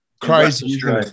Crazy